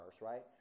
right